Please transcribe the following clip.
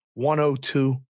102